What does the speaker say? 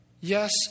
Yes